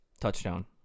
touchdown